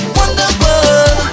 wonderful